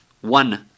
one